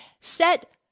Set